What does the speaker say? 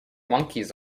monkeys